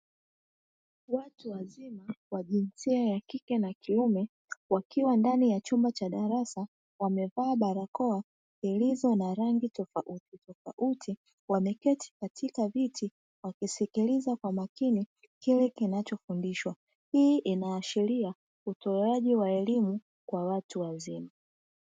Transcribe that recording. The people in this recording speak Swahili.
Watu wazima wa jinsia ya kike na kiume wakiwa ndani ya chumba cha darasa wamevaa barakoa zilizo na rangi tofautitofauti, wameketi katika viti wakisikiliza kwa makini kile kinachofundishwa, hii inaashiria utoaji wa elimu kwa watu wazima.